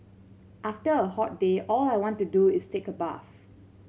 after a hot day all I want to do is take a bath